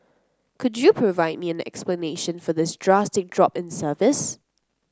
could you provide me an explanation for this drastic drop in service